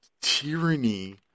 Tyranny